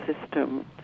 system